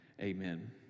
Amen